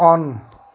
on